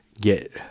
get